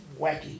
wacky